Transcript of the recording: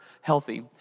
healthy